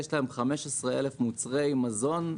יש 15,000 מוצרי מזון,